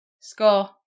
Score